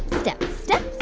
step, step,